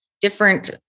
different